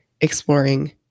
exploring